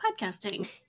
podcasting